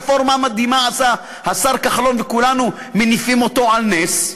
רפורמה מדהימה עשה השר כחלון וכולנו מעלים אותו על נס,